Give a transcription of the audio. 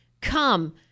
come